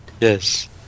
Yes